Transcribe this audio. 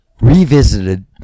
Revisited